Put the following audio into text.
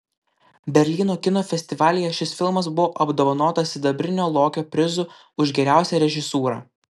berlyno kino festivalyje šis filmas buvo apdovanotas sidabrinio lokio prizu už geriausią režisūrą